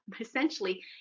essentially